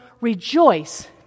Rejoice